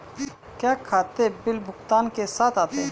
क्या खाते बिल भुगतान के साथ आते हैं?